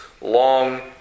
long